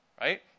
Right